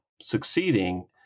succeeding